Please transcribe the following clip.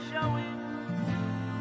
showing